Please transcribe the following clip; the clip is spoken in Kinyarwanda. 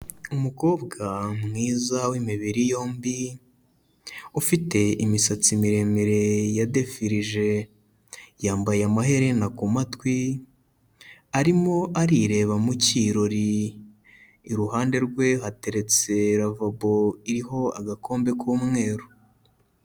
Umukobwa mwiza w'imibiri yombi ufite imisatsi miremire yadefirije. Yambaye amaherena ku matwi, arimo arireba mu cyirori, iruhande rwe hateretse ravabo iriho agakombe k'umweru.